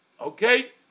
Okay